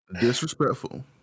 Disrespectful